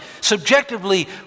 subjectively